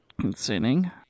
concerning